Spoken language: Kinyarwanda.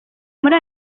muri